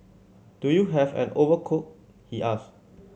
do you have an overcoat he asked